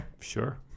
sure